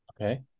Okay